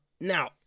Now